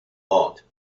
ort